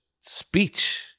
speech